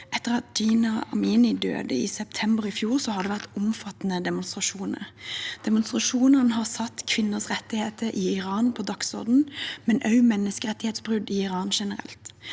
Etter at Jina Amini døde i september i fjor, har det vært omfattende demonstrasjoner. Demonstrasjonene har satt kvinners rettigheter og også menneskerettighetsbrudd generelt